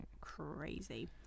crazy